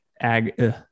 ag